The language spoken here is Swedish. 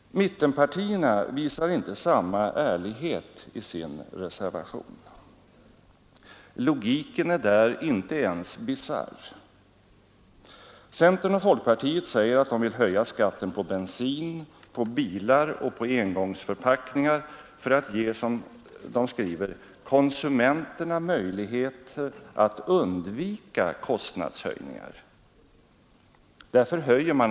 Mittenpartierna visar inte samma ärlighet i sin reservation. Logiken är där inte ens bisarr. Centern och folkpartiet säger att de vill höja skatten på bensin, på bilar och på engångsförpackningar för att ge ”konsumenterna möjlighet att undvika kostnadshöjningar”.